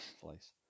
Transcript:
place